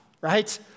right